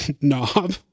knob